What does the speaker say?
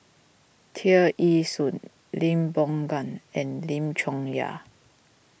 Tear Ee Soon Lee Boon Ngan and Lim Chong Yah